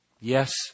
Yes